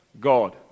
God